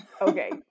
okay